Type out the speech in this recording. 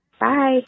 Bye